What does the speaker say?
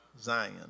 Zion